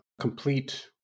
complete